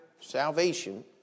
salvation